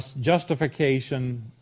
justification